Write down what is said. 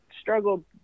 struggled